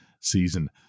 season